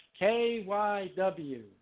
KYW